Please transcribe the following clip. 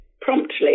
Promptly